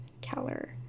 Keller